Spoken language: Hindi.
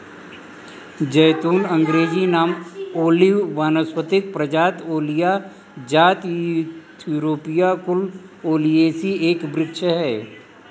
ज़ैतून अँग्रेजी नाम ओलिव वानस्पतिक प्रजाति ओलिया जाति थूरोपिया कुल ओलियेसी एक वृक्ष है